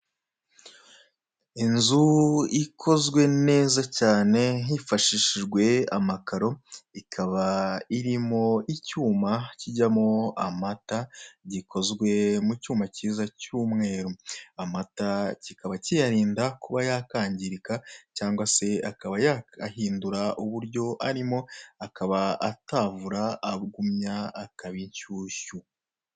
Inzu ikozwe neza cyane, hifashishijwe amakaro, ikaba irimo icyuma cyijyamo amata gikozwe mu cyuma cyiza cy'umweru, amata cyikaba cyiyarinda kuba yakangirika cyangwa se akaba yahindura uburyo arimo akaba atavura akagumya akaba inshyushyu.